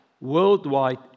worldwide